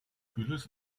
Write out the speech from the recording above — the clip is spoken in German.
kühles